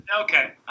okay